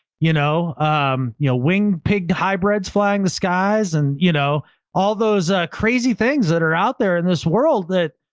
you know um yeah wing, pigged hybrids, flying the skies and you know all those crazy things that are out there in this world that,